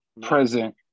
present